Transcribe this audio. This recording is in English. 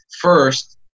first